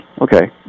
okay